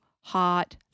hot